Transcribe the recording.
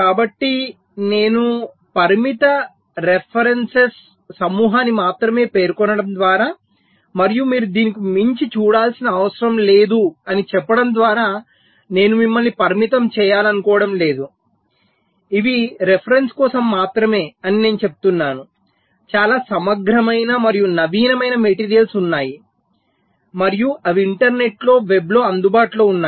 కాబట్టి నేను పరిమిత రెఫరెన్సెస్ సమూహాన్ని మాత్రమే పేర్కొనడం ద్వారా మరియు మీరు దీనికి మించి చూడాల్సిన అవసరం లేదు అని చెప్పడం ద్వారా నేను మిమ్మల్ని పరిమితం చేయకూడదనుకుంటున్నాను ఇవి రెఫరెన్సెస్ కోసం మాత్రమే అని నేను చెప్పాను చాలా సమగ్రమైన మరియు నవీనమైన మెటీరియల్స్ ఉన్నాయి మరియు అవి ఇంటర్నెట్లో వెబ్లో అందుబాటులో ఉన్నాయి